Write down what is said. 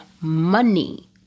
money